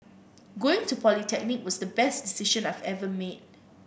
going to polytechnic was the best decision I've ever made